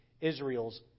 Israel's